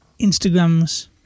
Instagrams